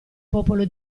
popolo